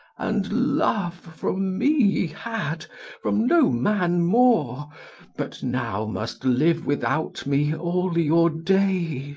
and love from me ye had from no man more but now must live without me all your days.